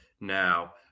now